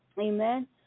Amen